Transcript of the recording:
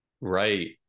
Right